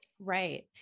Right